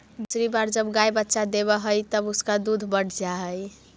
दूसरी बार जब गाय बच्चा देवअ हई तब उसका दूध बढ़ जा हई